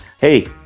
Hey